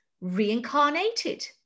reincarnated